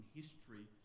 history